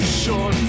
short